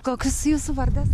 koks jūsų vardas